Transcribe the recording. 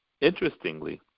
Interestingly